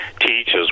teaches